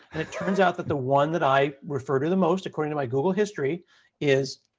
and it turns out that the one that i refer to the most, according to my google history is,